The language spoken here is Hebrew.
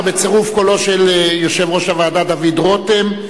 19, בצירוף קולו של יושב-ראש הוועדה דוד רותם,